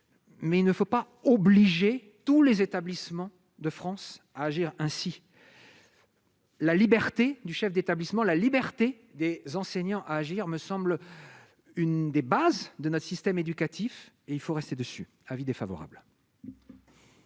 mais il ne faut pas obliger tous les établissements de France à agir ainsi. La liberté du chef d'établissement, la liberté des enseignants à agir, me semble une des bases de notre système éducatif et il faut rester dessus : avis défavorable.